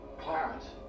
Clarence